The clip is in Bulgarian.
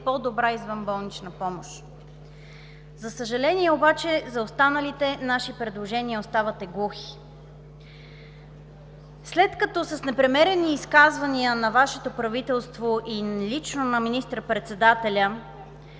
по-добра извънболнична помощ. За съжаление обаче, за останалите наши предложения оставате глухи. След като с непремерени изказвания на Вашето правителство и лично на министър-председателя